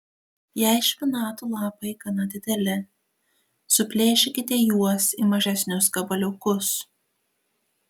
jei špinatų lapai gana dideli suplėšykite juos į mažesnius gabaliukus